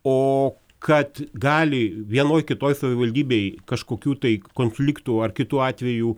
o kad gali vienoj kitoj savivaldybėj kažkokių tai konfliktų ar kitų atvejų